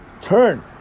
turn